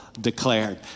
declared